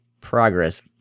progress